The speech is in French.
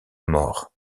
more